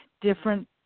different